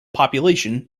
population